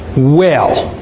well.